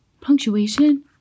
Punctuation